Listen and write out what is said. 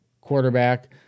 quarterback